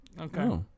Okay